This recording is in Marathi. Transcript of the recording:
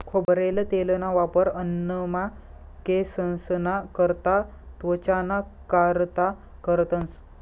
खोबरेल तेलना वापर अन्नमा, केंससना करता, त्वचाना कारता करतंस